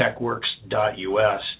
techworks.us